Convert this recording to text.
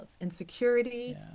Insecurity